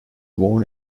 born